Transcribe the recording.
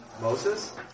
Moses